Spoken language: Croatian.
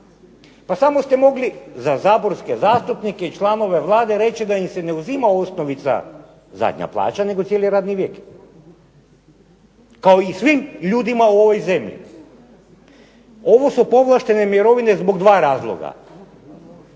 Pa samo ste mogli za saborske zastupnike i članove Vlade reći da im se ne uzima osnovica zadnja plaća nego cijeli radni vijek, kao i svim ljudima u ovoj zemlji. Ovo su povlaštene mirovine zbog dva razloga.